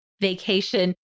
vacation